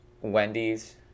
Wendy's